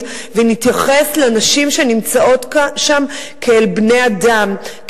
ונתייחס לנשים שנמצאות שם כאל בני-אדם,